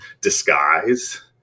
disguise